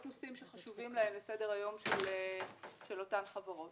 נושאים שחשובים להם לסדר-היום של אותן חברות.